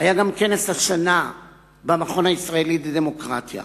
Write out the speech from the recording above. היה גם כנס השנה במכון הישראלי לדמוקרטיה.